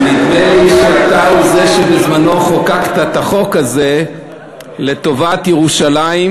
ונדמה לי שאתה הוא זה שבזמנו חוקק את החוק הזה לטובת ירושלים,